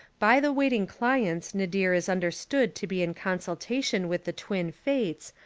by the waiting clients nadir is un derstood to be in consultation with the twin fates,